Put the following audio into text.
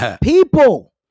people